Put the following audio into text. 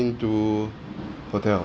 two hotel